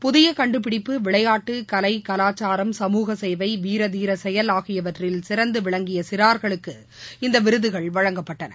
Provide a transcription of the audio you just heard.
புதிய கண்டுபிடிப்பு விளையாட்டு கலை கலாச்சாரம் சமூக சேவை வீரதீர செயல் ஆகியவற்றில் சிறந்து விளங்கிய சிறாருக்கு இந்த விருதுகள் வழங்கப்பட்டன